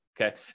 okay